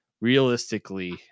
realistically